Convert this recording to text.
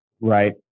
Right